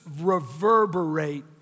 reverberate